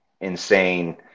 insane